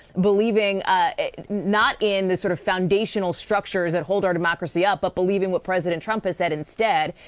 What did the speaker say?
believing not in the sort of foundational structures that hold our democracy up but believing what president trump said instead.